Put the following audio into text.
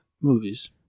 movies